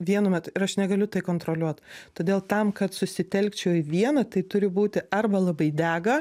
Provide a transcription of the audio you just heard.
vienu metu ir aš negaliu tai kontroliuot todėl tam kad susitelkčiau į vieną tai turi būti arba labai dega